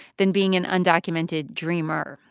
than being an undocumented dreamer.